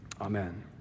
Amen